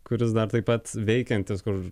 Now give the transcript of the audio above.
kuris dar taip pat veikiantis kur